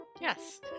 Yes